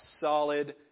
solid